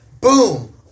boom